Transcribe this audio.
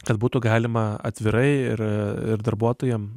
kad būtų galima atvirai ir ir darbuotojam